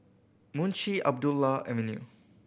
Munshi Abdullah Avenue